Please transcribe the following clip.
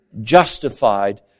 justified